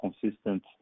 consistent